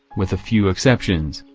with a few exceptions,